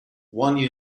one